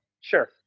Sure